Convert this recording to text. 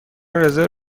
رزرو